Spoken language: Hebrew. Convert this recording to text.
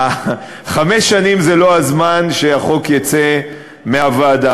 חמש שנים זה לא הזמן שהחוק יצא מהוועדה.